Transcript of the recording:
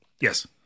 Yes